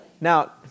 Now